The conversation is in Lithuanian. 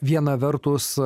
viena vertus